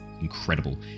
incredible